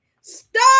Stop